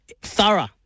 thorough